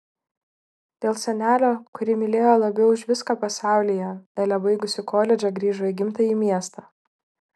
dėl senelio kurį mylėjo labiau už viską pasaulyje elė baigusi koledžą grįžo į gimtąjį miestą